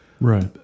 Right